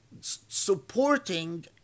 supporting